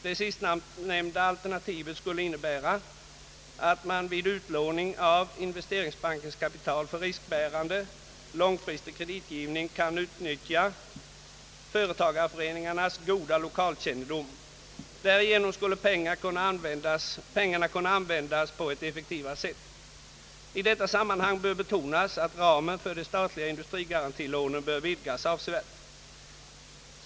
Det sistnämnda alternativet skulle innebära att man vid utlåning av investeringsbankens kapital för riskbärande, långfristig kreditgivning kunde utnyttja företagarföreningarnas goda lokalkännedom. Därigenom skulle pengarna kunna användas på ett effektivare sätt. I detta sammanhang bör betonas att ramen för de statliga industrigarantilånen bör vidgas avsevärt.